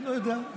לא יודע.